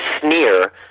sneer